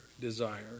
desire